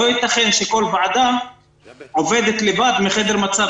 לא ייתכן שכל ועדה עובדת לבד מחדר המצב